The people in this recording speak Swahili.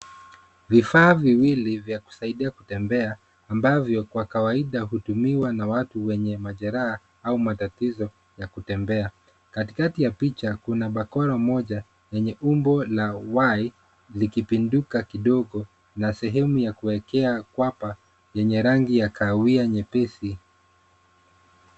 Vifaa viwili vya kusaidia kutembea ambavyo kwa kawaida hutumiwa na watu wenye majeraha au matatizo ya kutembea. Katikati ya picha kuna bakora moja wenye umbo la Y likipinduka kidogo na sehemu ya kuekea kwapa yenye rangi ya kahawia nyepesi.